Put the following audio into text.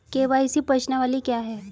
KYC प्रश्नावली क्या है?